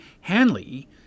Hanley